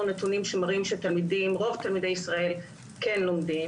נתונים שמראים שרוב תלמידי ישראל כן לומדים.